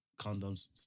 condoms